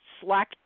slack